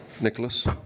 Nicholas